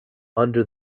under